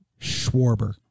Schwarber